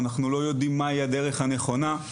אנחנו לא יודעים מהי הדרך הנכונה.